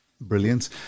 brilliant